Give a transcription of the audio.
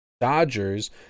Dodgers